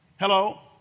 Hello